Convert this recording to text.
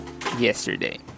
yesterday